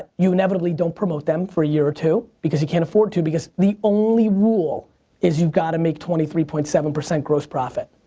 you inevitably don't promote them for a year or two because you can't afford to because the only rule is you've gotta make twenty three point seven percent gross profit.